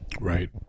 right